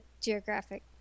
geographic